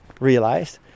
realized